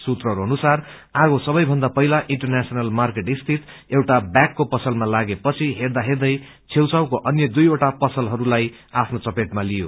सूत्रहरू अुनसार आगो सबैभन्दा पहिला इन्टरनेशनल मार्केट सिति एउआ व्यागको पसलमा लागेपछि हेदरिँदै छेउ छउको अन्य दुई वटा पसलहरूलाई आफ्नो चपेटमा लियो